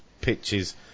pitches